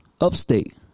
Upstate